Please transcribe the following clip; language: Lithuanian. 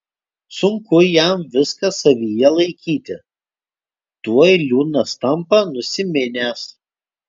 sunku jam viską savyje laikyti tuoj liūdnas tampa nusiminęs